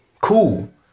Cool